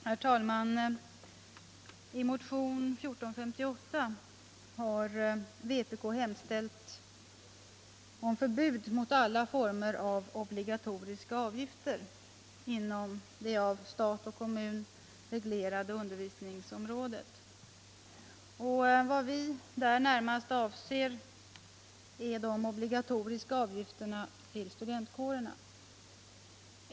Herr talman! I motion 1458 har vpk hemställt om förbud mot alla former av obligatoriska avgifter inom det av stat och kommun reglerade undervisningsområdet. Vad vi där närmast avser är de obligatoriska avgifterna till studentkårerna.